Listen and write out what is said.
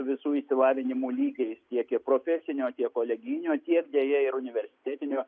visų išsilavinimų lygiais tiek ir profesinio tiek kolegijinio tiek deja ir universitetinio